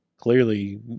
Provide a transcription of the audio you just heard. clearly